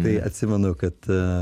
tai atsimenu kad